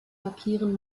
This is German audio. markieren